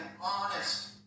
honest